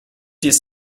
jest